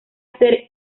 hacer